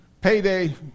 payday